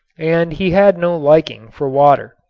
and he had no liking for water.